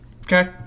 Okay